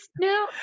No